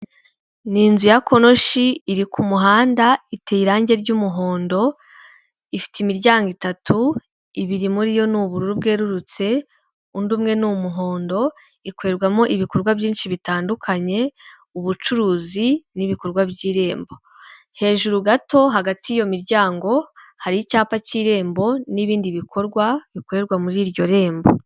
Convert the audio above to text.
Ni inzu ya konoshi iri ku muhanda iteye irangi ry'umuhondo, ifite imiryango itatu, ibiri muri yo ni ubururu bwerurutse, undi umwe ni umuhondo. Ikorerwamo ibikorwa byinshi bitandukanye ubucuruzi n'ibikorwa by'irembo. Hejuru gato hagati y'iyo miryango hari icyapa cy'irembo n'ibindi bikorwa bikorerwa muri iryo rembo.